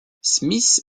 smith